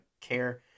care